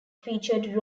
featured